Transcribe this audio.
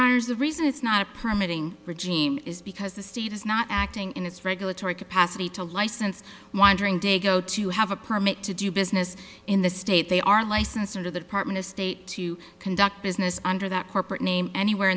hires the reason it's not permitting regime is because the state is not acting in its regulatory capacity to license wandering day go to have a permit to do business in the state they are licensed or to that apartment estate to conduct business under that corporate name anywhere